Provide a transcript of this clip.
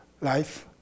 life